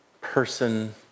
person